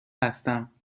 هستم